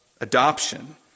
adoption